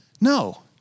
no